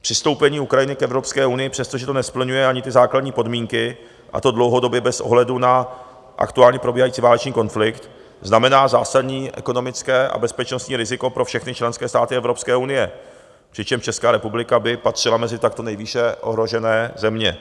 Přistoupení Ukrajiny k Evropské unii, přestože nesplňuje ani ty základní podmínky, a to dlouhodobě, bez ohledu na aktuálně probíhající válečný konflikt, znamená zásadní ekonomické a bezpečnostní riziko pro všechny členské státy Evropské unie, přičemž Česká republika by patřila mezi takto nejvýše ohrožené země.